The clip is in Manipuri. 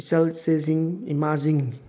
ꯏꯆꯥꯜ ꯏꯆꯦꯁꯤꯡ ꯏꯃꯥꯁꯤꯡ